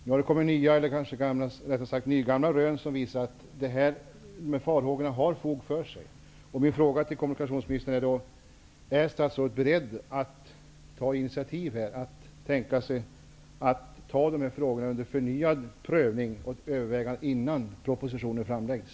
Nu har det kommit nya, eller rättare sagt nygamla, rön som visar att det finns fog för farhågorna. Min fråga till kommunikationsministern är då: Är statsrådet beredd att ta initiativ till att ta frågorna till förnyad prövning redan innan propositionen framläggs?